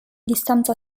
distanza